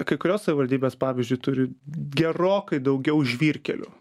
kai kurios savivaldybės pavyzdžiui turi gerokai daugiau žvyrkelių